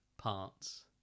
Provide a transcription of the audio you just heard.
Parts